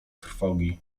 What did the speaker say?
trwogi